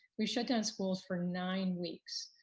we shut down schools for nine weeks.